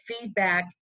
feedback